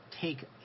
take